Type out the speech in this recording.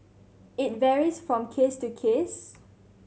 it varies from case to case